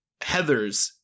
Heathers